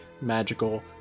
Magical